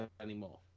anymore